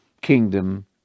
kingdom